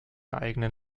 eigenen